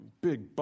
big